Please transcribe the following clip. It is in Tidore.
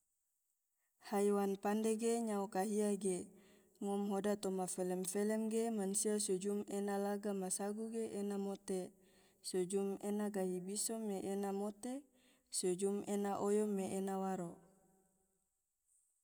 haiwan pande ge nyao kahia ge, ngom hoda toma felem felem ge mansia so jum ena laga masagu ge ena mote, so jum ena gahi biso me ena mote, so jum ena oyo me ena waro.